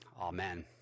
amen